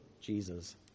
Jesus